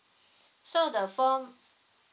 so the four